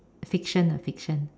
fiction ah fiction